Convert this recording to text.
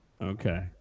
Okay